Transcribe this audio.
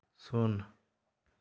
ᱥᱩᱱ